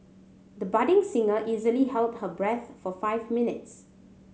the budding singer easily held her breath for five minutes